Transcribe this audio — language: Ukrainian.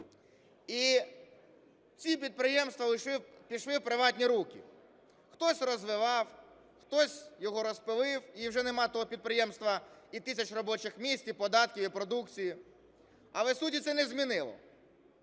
І ці підприємства пішли у приватні руки, хтось розвивав, хтось його розпилив, і вже немає того підприємства і тисяч робочих місць, і податків, і продукції. Але суті це не змінило.